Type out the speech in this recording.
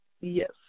Yes